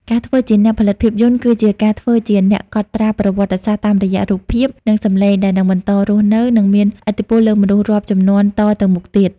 ការធ្វើជាអ្នកផលិតភាពយន្ត គឺជាការធ្វើជាអ្នកកត់ត្រាប្រវត្តិសាស្ត្រតាមរយៈរូបភាព និងសំឡេង ដែលនឹងបន្តរស់នៅ និងមានឥទ្ធិពលលើមនុស្សរាប់ជំនាន់តទៅមុខទៀត។